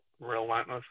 relentlessly